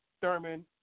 Thurman